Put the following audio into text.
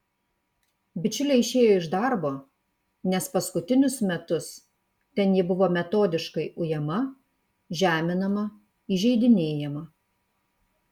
bičiulė išėjo iš darbo nes paskutinius metus ten ji buvo metodiškai ujama žeminama įžeidinėjama